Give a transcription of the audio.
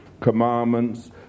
commandments